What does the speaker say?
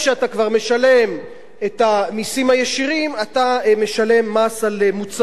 את המסים הישירים אתה משלם מס על מוצרים,